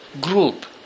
group